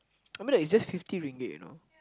I mean like it's just fifty ringgit you know